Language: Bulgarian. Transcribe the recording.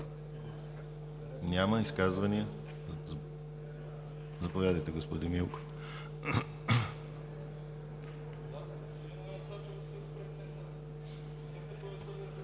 Няма. Изказвания? Заповядайте, господин Милков.